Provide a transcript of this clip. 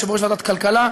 יושב-ראש ועדת הכלכלה,